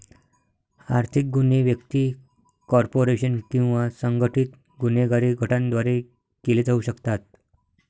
आर्थिक गुन्हे व्यक्ती, कॉर्पोरेशन किंवा संघटित गुन्हेगारी गटांद्वारे केले जाऊ शकतात